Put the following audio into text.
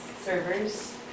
servers